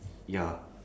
ya